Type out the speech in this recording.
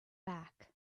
back